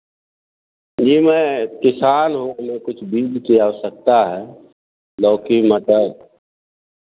जी मैं किसान हूँ हमें कुछ बीज कि आवश्यकता है लौकी मटर